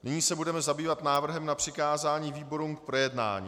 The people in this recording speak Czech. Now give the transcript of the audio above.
Nyní se budeme zabývat návrhem na přikázání výborům k projednání.